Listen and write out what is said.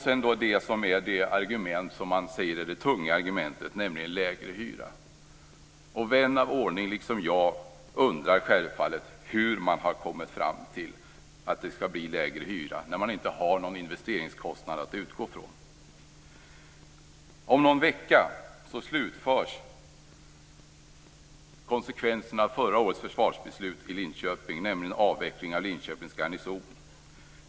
Slutligen har vi det som man säger är det tunga argumentet, nämligen lägre hyra. Vän av ordning liksom jag undrar självfallet hur man har kommit fram till att det skall bli lägre hyra när man inte har någon investeringskostnad att utgå från. Om någon vecka slutförs konsekvenserna i Linköping av förra årets försvarsbeslut, nämligen avvecklingen av Linköpings garnison.